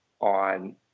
on